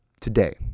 today